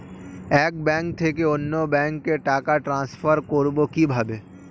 এক ব্যাংক থেকে অন্য ব্যাংকে টাকা ট্রান্সফার করবো কিভাবে?